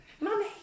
mummy